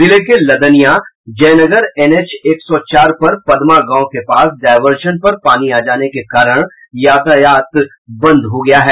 जिले के लदनियां जयनगर एनएच एक सौ चार पर पदमा गांव के पास डायवर्सन पर पानी आ जाने के कारण यातायात बंद हो गाया है